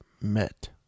met